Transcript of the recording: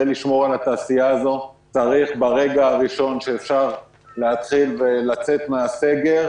כדי לשמור על התעשייה הזו צריך ברגע הראשון שאפשר להתחיל ולצאת מן הסגר,